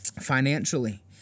financially